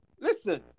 Listen